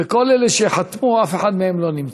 וכל אלה שחתמו, אף אחד מהם לא נמצא.